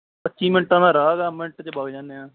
ਪੱਚੀ ਮਿੰਟਾਂ ਦਾ ਰਾਹ ਹੈਗਾ ਮਿੰਟ 'ਚ ਵਗ ਜਾਂਦੇ ਹਾਂ